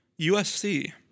USC